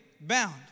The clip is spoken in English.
bound